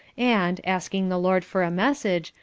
and, asking the lord for a message,